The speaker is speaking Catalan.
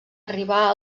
arribar